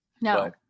No